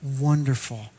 wonderful